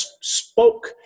spoke